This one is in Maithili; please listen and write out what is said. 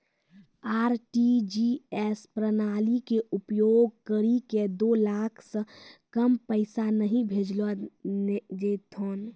आर.टी.जी.एस प्रणाली के उपयोग करि के दो लाख से कम पैसा नहि भेजलो जेथौन